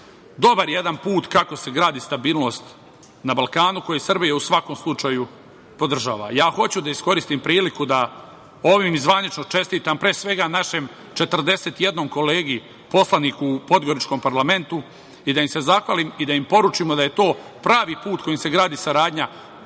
Dobar jedan put kako se gradi stabilnost na Balkanu, koji Srbija, u svakom slučaju, podržava. Hoću da iskoristim priliku da ovim i zvanično čestitam, pre svega, našem 41 kolegi poslaniku u podgoričkom parlamentu i da im se zahvalim i da im poručimo da je to pravi put kojim se gradi saradnja